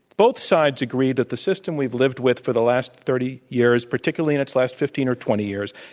both sides agree that the system we've lived with for the last thirty years, particularly in its last fifteen or twenty years,